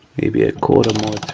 maybe a quarter more